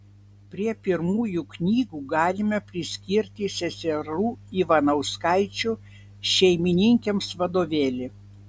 prie pirmųjų knygų galime priskirti seserų ivanauskaičių šeimininkėms vadovėlį